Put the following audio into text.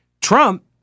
Trump